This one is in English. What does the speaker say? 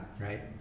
Right